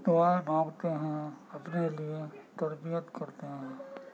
دعائیں مانگتے ہیں اپنے لیے تربیت کرتے ہیں